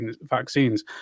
vaccines